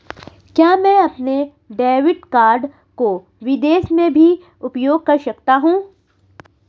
क्या मैं अपने डेबिट कार्ड को विदेश में भी उपयोग कर सकता हूं?